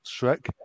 Shrek